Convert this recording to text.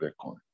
Bitcoin